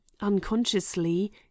unconsciously